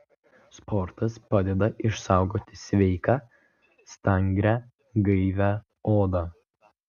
sportas padeda išsaugoti sveiką stangrią gaivią odą